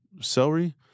celery